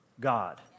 God